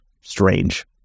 strange